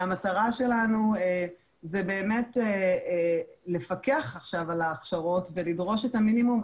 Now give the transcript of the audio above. והמטרה שלנו היא לפקח על ההכשרות ולדרוש את המינימום.